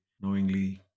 knowingly